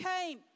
came